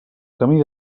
camí